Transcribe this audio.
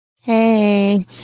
Hey